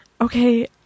okay